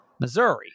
Missouri